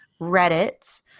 Reddit